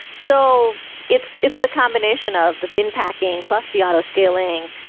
so it's it's the combination of the bin packing, plus the auto scaling,